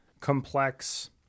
complex